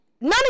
None